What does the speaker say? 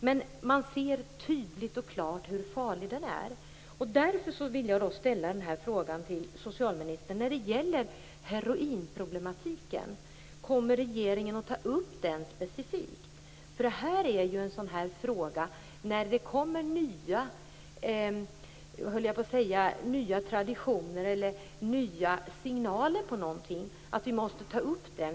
Men man ser tydligt och klart hur farligt det är. Därför vill jag ställa frågan till socialministern när det gäller heroinproblematiken: Kommer regeringen att ta upp denna specifikt? När det kommer nya signaler måste vi ta upp dem.